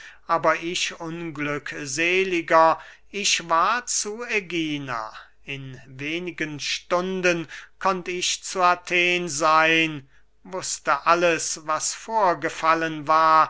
aber ich unglückseliger ich war zu ägina in wenigen stunden konnt ich zu athen seyn wußte alles was vorgefallen war